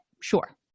Sure